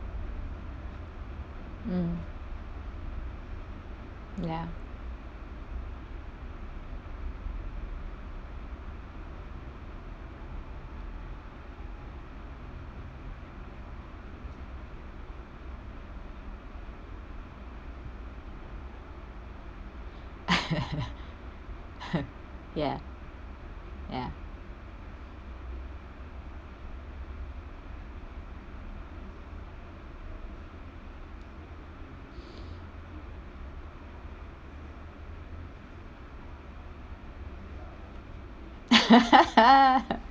mm ya ya ya